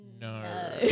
No